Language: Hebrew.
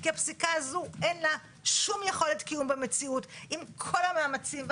כי אין לה שום יכולת קיום במציאות עם כל האמצעים,